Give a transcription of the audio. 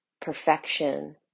perfection